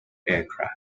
aircraft